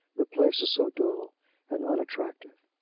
the place is so dull and unattractive.